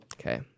Okay